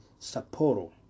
Sapporo